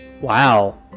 Wow